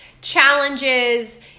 challenges